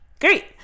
great